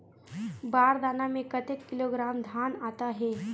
बार दाना में कतेक किलोग्राम धान आता हे?